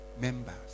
members